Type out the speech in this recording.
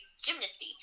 gymnasty